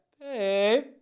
babe